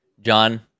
John